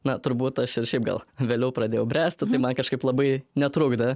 na turbūt aš ir šiaip gal vėliau pradėjau bręsti tai man kažkaip labai netrukdė